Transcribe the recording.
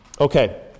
Okay